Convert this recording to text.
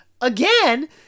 again